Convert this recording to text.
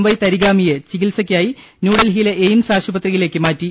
Y തരിഗാമിയെ ചികിത്സക്കായി ന്യൂഡൽഹിയിലെ എയിംസ് ആശു പത്രിയിലേക്ക് മാറ്റി